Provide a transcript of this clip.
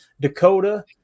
Dakota